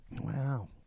Wow